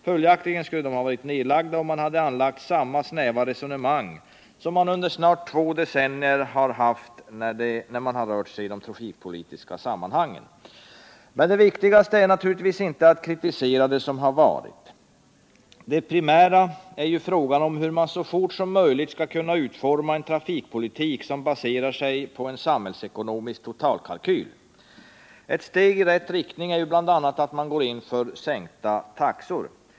Följaktligen skulle de ha varit nedlagda om man hade anlagt samma snäva resonemang som man under snart två decennier har fört i de trafikpolitiska sammanhangen. Men det viktigaste är naturligtvis inte att kritisera det som har varit. Den primära frågan är hur man så fort som möjligt skall kunna utforma en trafikpolitik som baserar sig på en samhällsekonomisk totalkalkyl. Ett steg i rätt riktning är bl.a. att man nu går in för sänkta taxor.